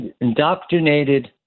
indoctrinated